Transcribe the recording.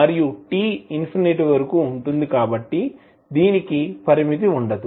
మరియు t infinity వరకు ఉంటుంది కాబట్టి దీనికి పరిమితి ఉండదు